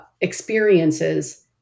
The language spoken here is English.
experiences